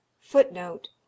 FOOTNOTE